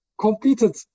completed